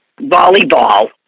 volleyball